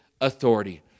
authority